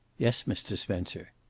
yes, mr. spencer.